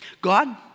God